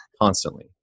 constantly